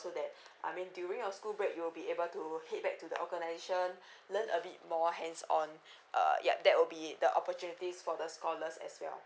so that I mean during your school break you'll be able to head back to the organisation learn a bit more hands on uh yup that will be the opportunities for the scholars as well